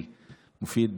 מופיד,